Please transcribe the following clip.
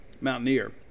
Mountaineer